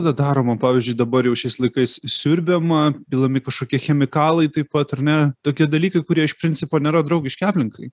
tada daroma pavyzdžiui dabar jau šiais laikais siurbiama pilami kažkokie chemikalai taip pat ar ne tokie dalykai kurie iš principo nėra draugiški aplinkai